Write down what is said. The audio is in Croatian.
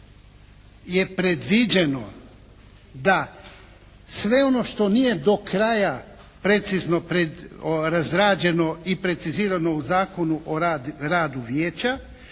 je predviđeno da sve ono što nije do kraja precizno razrađeno i precizirano u Zakonu o radu vijeća